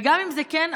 וגם אם זה כן,